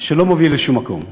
שלא מוביל לשום מקום.